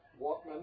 Watman